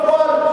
ובפועל,